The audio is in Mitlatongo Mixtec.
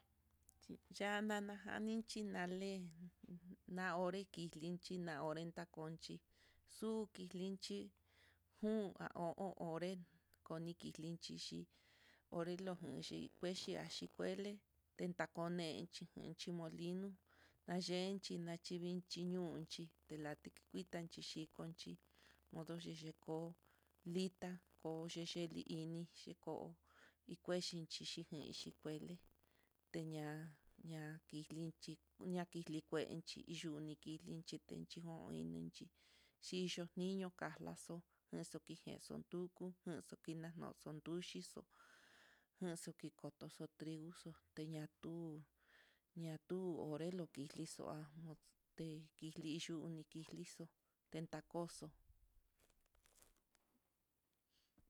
Ya'a nana janinchi nalee, na hore kilinchi na hore cuenta konchí xu kilinchi jun a o'on hore, konilinchixi horelo nguanchí kuexhi axhi kuele tetakonenxhi jan hi molinó nayenchi nachivii xhi ñochi telate kui tanxhikochí, odii yiko litá koxhi xhilii, inixhi koo kuechixi i kuele ña'a ña'a kilinchi ñakilikuenxi yuu, nikili titenchi ho'o, ngueninxhi xhicho niño kalaxo axu kikenxo tuku janxo'o kinaxo kunduxixo, janxo kikotoxo trigo ñatu ñatu, orelokixo ha'a iliyuni tilixo tentakoxo.